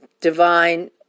divine